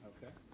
Okay